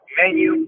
menu